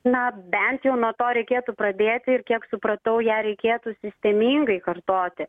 na bent jau nuo to reikėtų pradėti ir kiek supratau ją reikėtų sistemingai kartoti